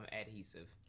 adhesive